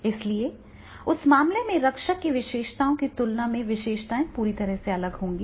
इसलिए उस मामले में रक्षक में विशेषताओं की तुलना में विशेषताएं पूरी तरह से अलग होंगी